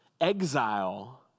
Exile